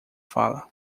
fala